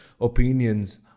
opinions